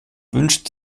wünscht